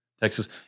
texas